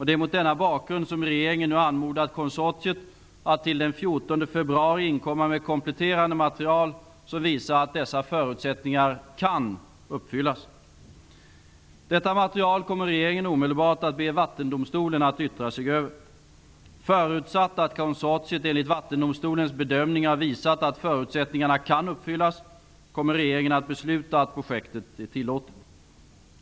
Det är mot denna bakgrund som regeringen nu anmodat konsortiet att till den 14 februari inkomma med kompletterande material som visar att dessa förutsättningar kan uppfyllas. Detta material kommer regeringen omedelbart att be Vattendomstolen att yttra sig över. Förutsatt att konsortiet enligt Vattendomstolens bedömning har visat att förutsättningarna kan uppfyllas kommer regeringen att besluta att projektet är tillåtligt.